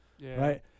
right